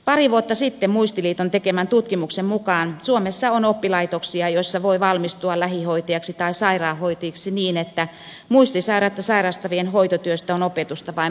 pari vuotta sitten muistiliiton tekemän tutkimuksen mukaan suomessa on oppilaitoksia joissa voi valmistua lähihoitajaksi tai sairaanhoitajaksi niin että muistisairautta sairastavien hoitotyöstä on opetusta vain muutamia tunteja